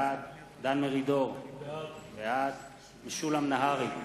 בעד דן מרידור, בעד משולם נהרי,